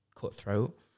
Cutthroat